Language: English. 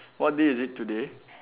what day is it today